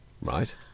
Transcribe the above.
Right